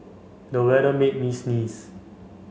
the weather made me sneeze